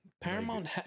Paramount